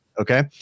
Okay